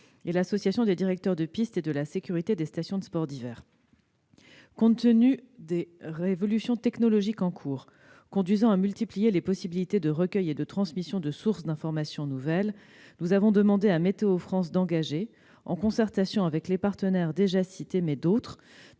et l'Association nationale des directeurs de pistes et de la sécurité de stations de sports d'hiver. Compte tenu des révolutions technologiques en cours, conduisant à multiplier les possibilités de recueil et de transmission d'informations tirées de sources nouvelles, nous avons demandé à Météo France d'engager, en concertation avec les partenaires déjà cités, mais également